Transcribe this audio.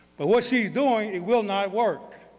but what she's doing, it will not work.